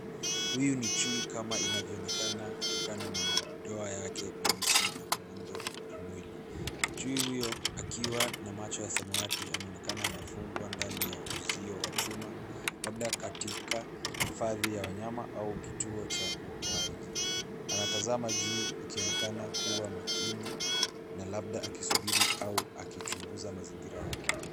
Huyu ni chui kama inavyoonekana kutokana na madoa yake meusi an muundo wa mwili. Chui huyo akiwa na macho ya samawati anaonekana amefungwa ndani a uzio wa chuma labda katika hifadhi ya wanyama au kituo cha uokoaji. Anatazama juu ikionekana kuwa makini na labda akisubiri au akichunguza mazingira yake.